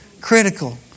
critical